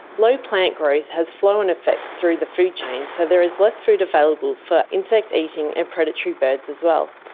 low plant growth has flow-on effects through the food chain, so there is less food available for insect eating and predatory birds as well.